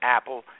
Apple